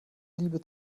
liebe